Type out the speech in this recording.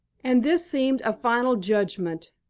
and this seemed a final judgment,